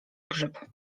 grzyb